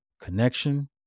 connection